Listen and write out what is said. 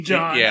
John